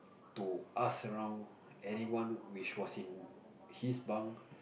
to ask around anyone which was in his bunk